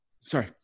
Sorry